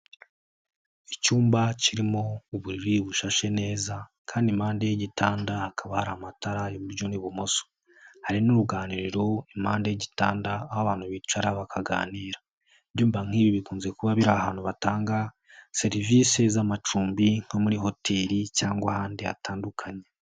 Icyumba kirimo uburiri bushashe neza kandi impande y'igitanda hakaba hari amatara iburyo n'ibumoso. Hari n'uruganiriro impande y'igitanda aho abantu bicara bakaganira. Ibyumba nk'ibi bikunze kuba biri ahantu batanga serivisi z'amacumbi nko muri hoteli cyangwa ahandi hatandukanye.